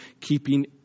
keeping